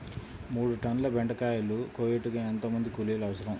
మూడు టన్నుల బెండకాయలు కోయుటకు ఎంత మంది కూలీలు అవసరం?